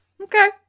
Okay